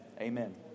amen